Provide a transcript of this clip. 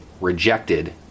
rejected